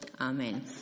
Amen